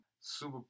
Super